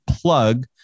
plug